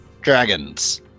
Dragons